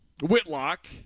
Whitlock